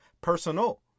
personal